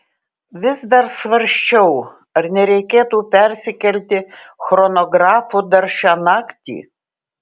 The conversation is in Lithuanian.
vis dar svarsčiau ar nereikėtų persikelti chronografu dar šią naktį